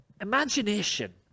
Imagination